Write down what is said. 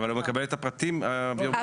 אבל הוא מקבל את הפרטים הביוגרפיים.